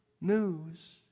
news